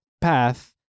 path